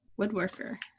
Woodworker